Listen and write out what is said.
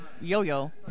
yo-yo